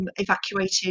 evacuated